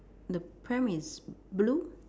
the pram is blue